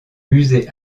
musée